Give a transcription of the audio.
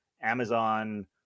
amazon